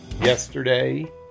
yesterday